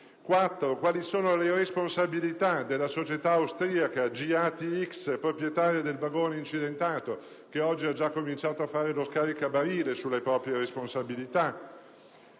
quali sono le responsabilità della società austriaca GATX, proprietaria del vagone incidentato, che oggi ha già cominciato a fare lo scaricabarile sulle proprie responsabilità.